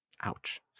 Ouch